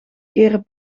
keren